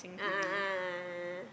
a'ah ah